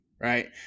right